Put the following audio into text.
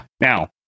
now